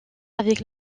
avec